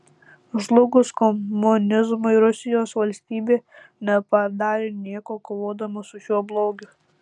žlugus komunizmui rusijos valstybė nepadarė nieko kovodama su šiuo blogiu